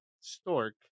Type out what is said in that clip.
Stork